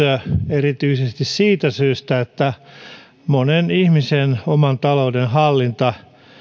erityisesti siitä syystä että monen ihmisen oman talouden hallinta